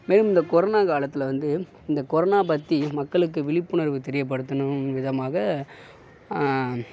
மேலும் இந்த கொரோனா காலத்தில் வந்து இந்த கொரோனா பற்றி மக்களுக்கு விழிப்புணர்வு தெரியப்படுத்தணும் விதமாக